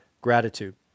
Gratitude